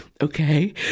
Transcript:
okay